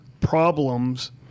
problems